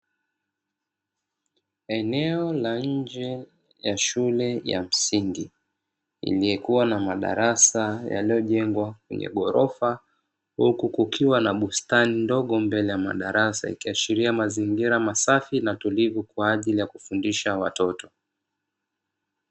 Eneo la nje ya shule ya msingi ingekuwa na madarasa yaliyojengwa kwenye ghorofa huku kukiwa na bustani ndogo mbele ya madarasa ikiashilia mazingira masafi na tulivu kwa ajili ya kufundisha watoto.